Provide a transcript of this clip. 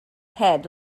head